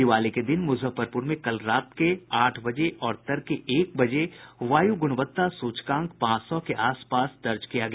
दिवाली के दिन मुजफ्फरपुर में कल रात्रि आठ बजे और तड़के एक बजे वायु गुणवत्ता सूचकांक पांच सौ के आस पास दर्ज किया गया